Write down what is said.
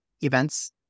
events